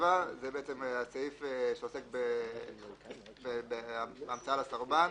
7 הסעיף שעוסק בהמצאה לסרבן.